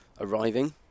arriving